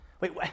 Wait